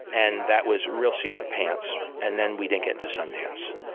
and that was real seat of the pants, and then we didn't get into sundance,